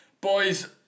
Boys